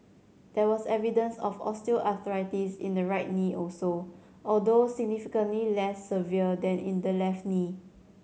there was evidence of osteoarthritis in the right knee also although significantly less severe than in the left knee